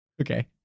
Okay